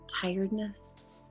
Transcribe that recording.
Tiredness